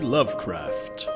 Lovecraft